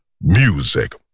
Music